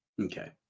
okay